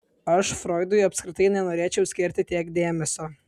aš froidui apskritai nenorėčiau skirti tiek dėmesio